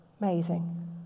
Amazing